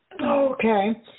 Okay